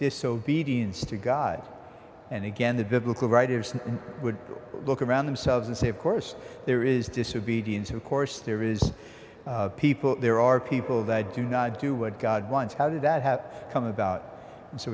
disobedience to god and again the biblical writers would look around themselves and say of course there is disobedience of course there is people there are people that do not do what god wants how did that have come about and so